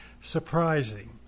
surprising